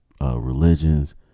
religions